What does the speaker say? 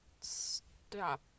stop